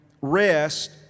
rest